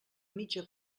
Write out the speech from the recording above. mitja